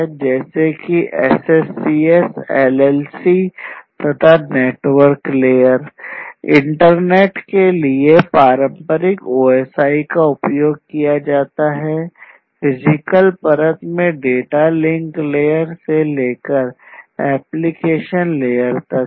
Zigbee तक है